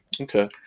Okay